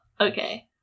Okay